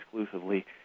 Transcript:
exclusively